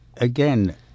again